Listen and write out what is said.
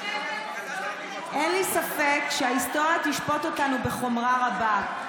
אין לי ספק שההיסטוריה תשפוט אותנו בחומרה רבה,